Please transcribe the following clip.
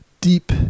deep